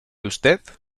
usted